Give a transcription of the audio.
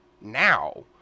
now